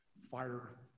fire